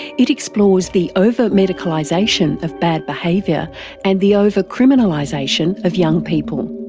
it explores the over-medicalisation of bad behaviour and the over-criminalisation of young people.